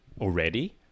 already